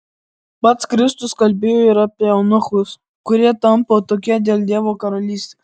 pats kristus kalbėjo ir apie eunuchus kurie tampa tokie dėl dievo karalystės